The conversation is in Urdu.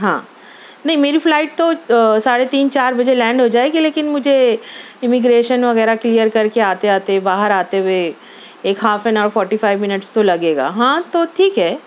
ہاں نہیں میری فلائٹ تو ساڑھے تین چار بجے لینڈ ہو جائے گی لیکن مجھے اِمیگریشن وغیرہ کلئیر کر کے آتے آتے باہر آتے ہوئے ایک half an hour forty five minutes تو لگے گا ہاں تو ٹھیک ہے